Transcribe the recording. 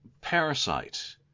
parasite